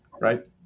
right